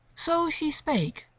so she spake,